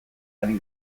ari